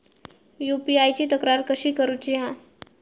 UPI ची तक्रार कशी करुची हा?